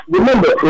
Remember